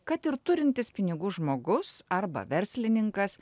kad ir turintis pinigų žmogus arba verslininkas